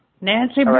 Nancy